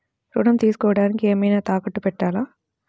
ఋణం తీసుకొనుటానికి ఏమైనా తాకట్టు పెట్టాలా?